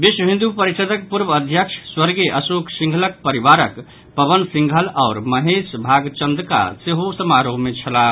विश्व हिन्दू परिषद्क पूर्व अध्यक्ष स्वर्गीय अशोक सिंघलक परिवारक पवन सिंघल आओर महेश भागचंदका सेहो समारोह मे छलाह